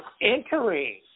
entering